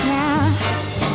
now